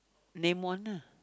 name one lah